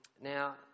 Now